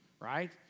right